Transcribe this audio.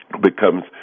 becomes